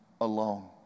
alone